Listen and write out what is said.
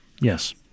Yes